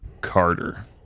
Carter